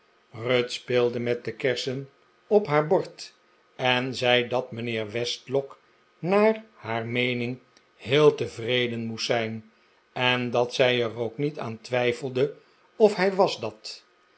ruth speelde met de kersen op haar bord en zei dat mijnheer westlock naar haar meening heel tevreden moest zijn en dat zij er ook niet aan twijfelde of hij was dat